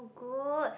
good